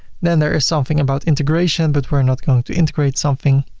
then there is something about integration but we are not going to integrate something.